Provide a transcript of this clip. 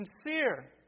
sincere